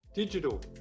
digital